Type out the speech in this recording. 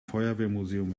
feuerwehrmuseum